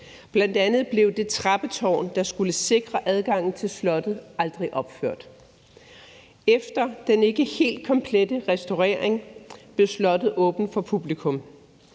Bl.a. blev det trappetårn, der skulle sikre adgangen til slottet, aldrig opført. Efter den ikke helt komplette restaurering blev slottet åbnet for publikum.